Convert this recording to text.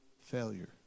Failure